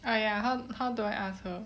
ah ya how how do I ask her